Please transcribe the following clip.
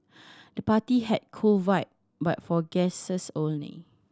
the party had cool vibe but for guests only